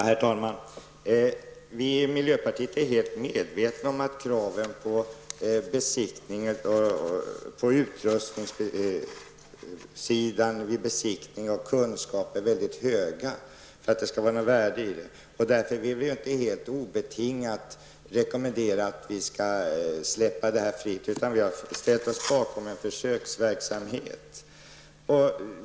Herr talman! Vi i miljöpartiet är helt medvetna om att kraven på kunskaper och utrustning för att besiktiga bilar måste vara mycket höga. Annars blir inte besiktningarna av tillräckligt stort värde. Jag vill inte obetingat reservera att vi skall låta olika verkstäder utföra efterkontrollen. I stället har vi gått med på en försöksverksamhet.